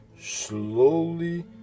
slowly